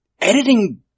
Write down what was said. editing